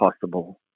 possible